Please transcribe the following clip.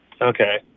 Okay